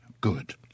good